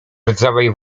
rdzawej